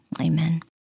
Amen